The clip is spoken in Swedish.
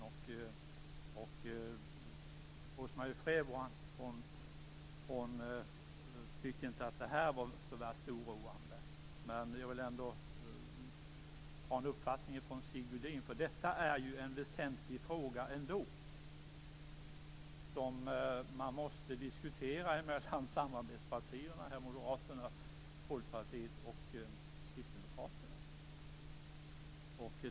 Rose-Marie Frebran tyckte inte att det här var så oroande. Men jag vill ändå höra Sigge Godins uppfattning. Detta är ju en väsentlig fråga. Den måste samarbetspartierna - Moderaterna, Folkpartiet och Kristdemokraterna - diskutera.